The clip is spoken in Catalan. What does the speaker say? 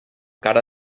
cara